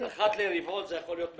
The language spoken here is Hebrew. אחת לרבעון זה יכול להיות מצוין.